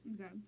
Okay